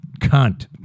cunt